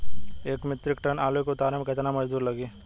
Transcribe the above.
एक metric ton आलू के उतारे मे कितना मजदूर लागि?